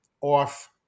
off